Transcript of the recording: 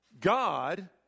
God